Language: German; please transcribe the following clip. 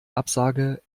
absage